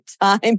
time